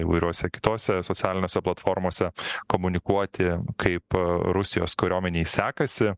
įvairiuose kitose socialinėse platformose komunikuoti kaip rusijos kariuomenei sekasi